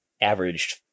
averaged